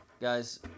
guys